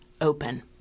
open